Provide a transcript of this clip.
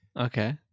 Okay